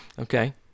Okay